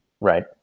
Right